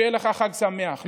שיהיה לך חג שמח.